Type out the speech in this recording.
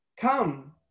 come